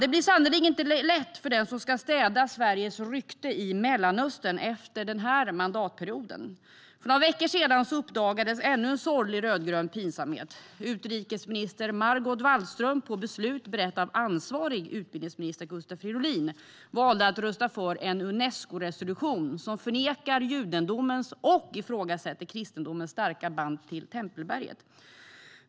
Det blir sannerligen inte lätt för den som ska städa Sveriges rykte i Mellanöstern efter den här mandatperioden. För några veckor sedan uppdagades ännu en sorglig rödgrön pinsamhet. Utrikesminister Margot Wallström, på beslut berett av ansvarig utbildningsminister Gustav Fridolin, valde att rösta för en Unescoresolution som förnekar judendomens och ifrågasätter kristendomens starka band till Tempelberget.